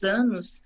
anos